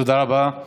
תודה רבה,